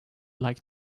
like